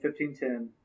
15-10